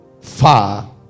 far